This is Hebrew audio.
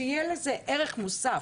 שיהיה לזה ערך מוסף.